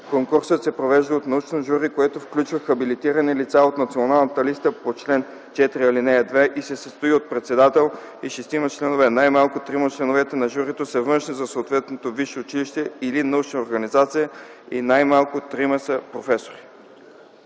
Конкурсът се провежда от научно жури, което включва хабилитирани лица от Националната листа по чл. 4, ал. 2 и се състои от председател и шестима членове. Най-малко трима от членовете на журито са външни за съответното висше училище или научна организация и най-малко трима са професори.”